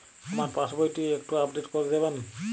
আমার পাসবই টি একটু আপডেট করে দেবেন?